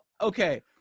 okay